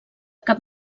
cap